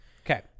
Okay